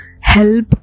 help